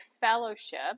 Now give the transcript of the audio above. fellowship